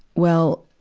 well,